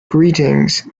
greetings